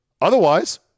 Otherwise